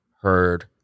heard-